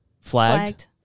flagged